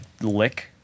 lick